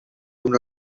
una